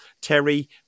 Terry